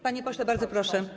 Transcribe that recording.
Panie pośle, bardzo proszę.